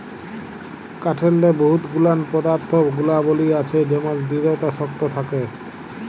কাঠেরলে বহুত গুলান পদাথ্থ গুলাবলী আছে যেমল দিঢ়তা শক্ত থ্যাকে